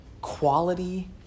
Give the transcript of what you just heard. quality